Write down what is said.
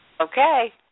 Okay